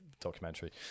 documentary